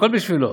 הכול בשבילו.